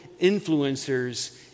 influencers